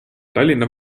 tallinna